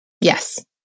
Yes